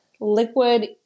liquid